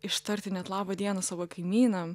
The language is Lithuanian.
ištarti net laba diena savo kaimynam